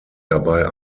dabei